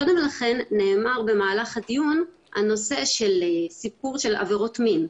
קודם לכן דובר במהלך הדיון הנושא של עבירות מין.